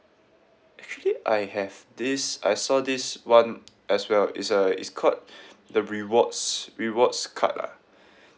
actually I have this I saw this [one] as well it's a it's called the rewards rewards card ah